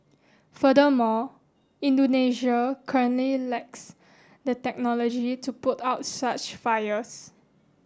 furthermore Indonesia lacks the technology to put out such fires